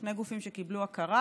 שני גופים שקיבלו הכרה,